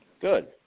Good